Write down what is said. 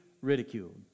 ridiculed